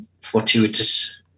fortuitous